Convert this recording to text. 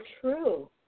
true